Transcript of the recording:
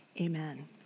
amen